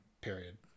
period